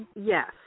Yes